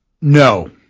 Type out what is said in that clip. no